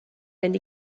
fynd